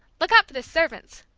look out for the servants!